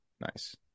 Nice